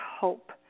hope